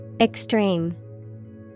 Extreme